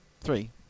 Three